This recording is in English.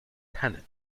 tenet